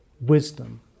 wisdom